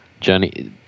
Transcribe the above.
jenny